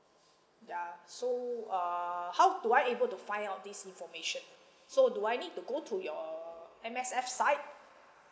ya so err how do I able to find out this information ah so do I need to go to your M_S_F site